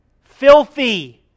Filthy